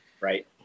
Right